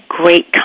great